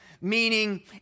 Meaning